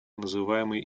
называемый